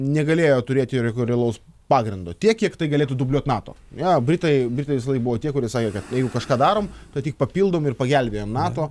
negalėjo turėti jokio realaus pagrindo tiek kiek tai galėtų dubliuot nato na britai britais buvo tie kurie sakė kad jeigu kažką darom tai tik papildom ir pagelbėjam nato